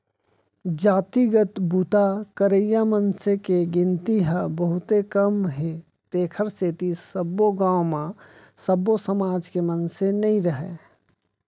जातिगत बूता करइया मनसे के गिनती ह बहुते कम हे तेखर सेती सब्बे गाँव म सब्बो समाज के मनसे नइ राहय